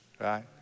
right